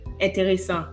intéressant